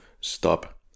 stop